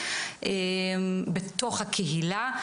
בתוך הקהילה,